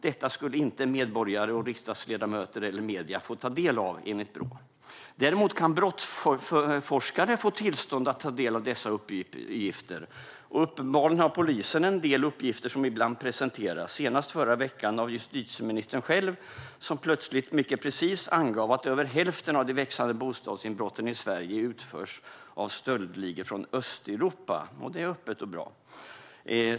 Detta skulle inte medborgare, riksdagsledamöter eller medier få ta del av, enligt Brå. Däremot kan brottsforskare få tillstånd att ta del av dessa uppgifter. Uppenbarligen har polisen en del uppgifter som ibland presenteras, senast i förra veckan av justitieministern själv som plötsligt mycket precist angav att över hälften av de växande bostadsinbrotten i Sverige utförs av stöldligor från Östeuropa. Det är öppet och bra.